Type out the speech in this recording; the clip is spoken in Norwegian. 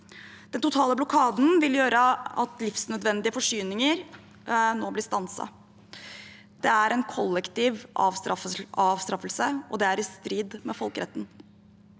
Den totale blokaden vil gjøre at livsnødvendige forsyninger nå blir stanset. Det er en kollektiv avstraffelse, og det er i strid med folkeretten.